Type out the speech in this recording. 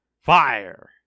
Fire